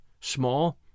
small